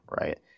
right